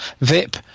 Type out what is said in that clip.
Vip